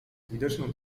widoczną